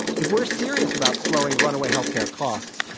if we're serious about slowing runaway healthcare costs,